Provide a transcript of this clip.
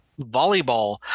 volleyball